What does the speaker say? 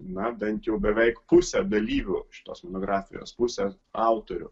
na bent jau beveik pusę dalyvių šitos monografijos pusę autorių